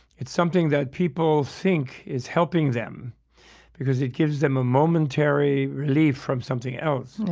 it's something that people think is helping them because it gives them a momentary relief from something else.